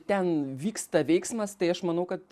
ten vyksta veiksmas tai aš manau kad